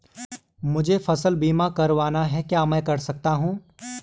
मुझे फसल बीमा करवाना है क्या मैं कर सकता हूँ?